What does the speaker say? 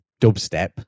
dubstep